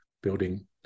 building